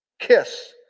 kiss